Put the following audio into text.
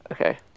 Okay